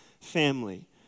family